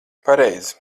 pareizi